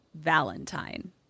Valentine